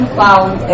found